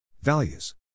Values